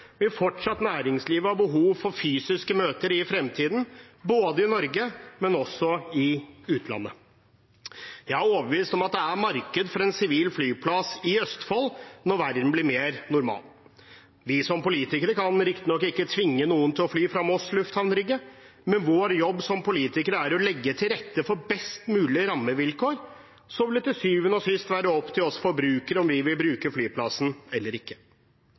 næringslivet fortsatt ha behov for fysiske møter i fremtiden, både i Norge og i utlandet. Jeg er overbevist om at det er marked for en sivil flyplass i Østfold når verden blir mer normal. Vi som politikere kan riktignok ikke tvinge noen til å fly fra Moss lufthavn Rygge, men vår jobb som politikere er å legge til rette for best mulige rammevilkår. Så vil det til syvende og sist være opp til oss forbrukere om vi vil bruke flyplassen eller ikke.